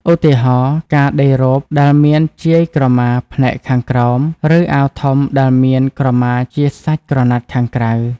ឧទាហរណ៍ ការដេររ៉ូបដែលមានជាយក្រមាផ្នែកខាងក្រោម ឬអាវធំដែលមានក្រមាជាសាច់ក្រណាត់ខាងក្រៅ។